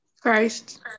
Christ